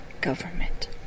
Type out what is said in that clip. government